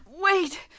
Wait